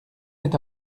est